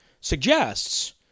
suggests